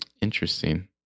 interesting